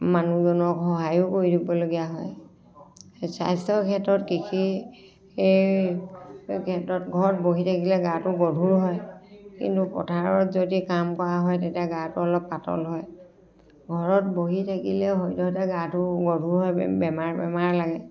মানুহজনক সহায়ো কৰি দিবলগীয়া হয় স্বাস্থ্যৰ ক্ষেত্ৰত কৃষি ক্ষেত্ৰত ঘৰত বহি থাকিলে গাটো গধুৰ হয় কিন্তু পথাৰত যদি কাম কৰা হয় তেতিয়া গাটো অলপ পাতল হয় ঘৰত বহি থাকিলে সদ্যহতে গাটো গধুৰ হয় বেমাৰ বেমাৰ লাগে